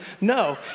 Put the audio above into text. No